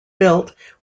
built